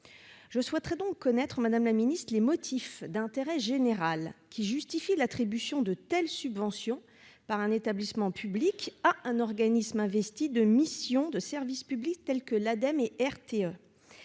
je souhaite connaître les motifs d'intérêt général qui justifient l'attribution de telles subventions par un établissement public et un organisme investi de missions de service public tels que l'Ademe et RTE.